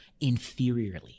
inferiorly